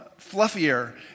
fluffier